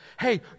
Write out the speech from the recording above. hey